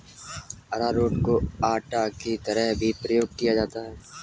अरारोट को आटा की तरह भी प्रयोग किया जाता है